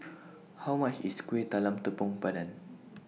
How much IS Kuih Talam Tepong Pandan